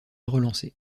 relancé